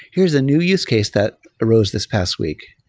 here's a new use case that rose this past week.